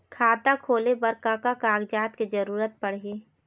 खाता खोले बर का का कागजात के जरूरत पड़ही?